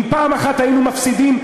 אם פעם אחת היינו מפסידים,